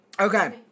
okay